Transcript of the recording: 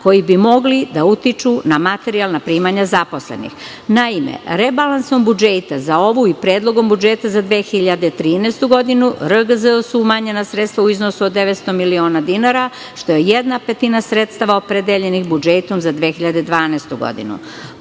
koji bi mogli da utiču na materijalna primanja zaposlenih. Naime, rebalansom budžeta za ovu i Predlogom budžeta za 2013. godinu, RGZ su umanjena sredstva u iznosu od 900 miliona dinara, što je jedna petina sredstava opredeljenih budžetom za 2012. godinu.